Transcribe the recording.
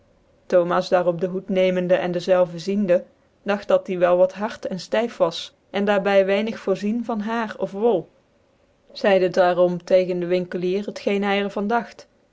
thomas daar op dc hoed nemende en dezelve ziende dagt dat die wat hart en ftyf was en daar by weinig voorzien jvan hair of wol zcide drarom tegen dc winkelier het geen hy er van dagt